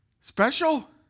Special